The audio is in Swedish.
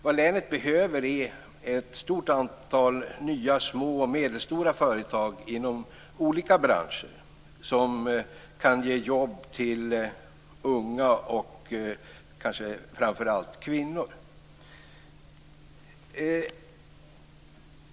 Vad länet behöver är ett stort antal nya små och medelstora företag inom olika branscher som kan ge jobb till unga och kanske framför allt kvinnor.